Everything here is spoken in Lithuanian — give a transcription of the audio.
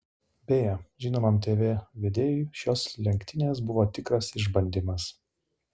beje žinomam tv vedėjui šios lenktynės buvo tikras išbandymas